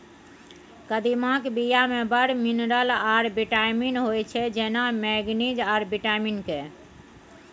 कदीमाक बीया मे बड़ मिनरल आ बिटामिन होइ छै जेना मैगनीज आ बिटामिन के